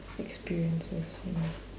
experiences you know